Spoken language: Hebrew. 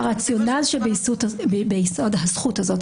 הרציונל שביסוד הזכות הזאת,